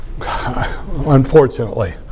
unfortunately